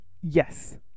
yes